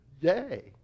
Yay